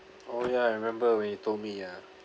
oh ya I remember when you told me ya